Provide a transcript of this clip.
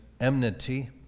enmity